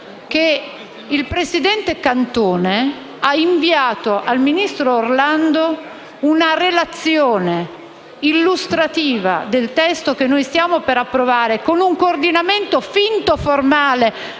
il presidente Cantone ha inviato al ministro Orlando una relazione illustrativa del testo che stiamo per approvare, con un coordinamento finto formale,